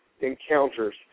Encounters